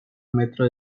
metro